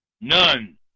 None